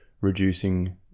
reducing